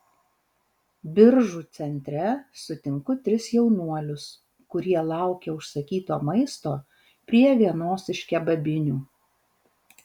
biržų centre sutinku tris jaunuolius kurie laukia užsakyto maisto prie vienos iš kebabinių